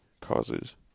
causes